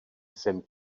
jsem